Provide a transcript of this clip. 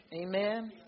Amen